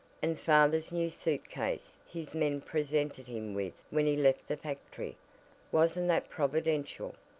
and father's new suit case his men presented him with when he left the factory wasn't that providential?